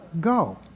go